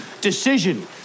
Decision